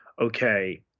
okay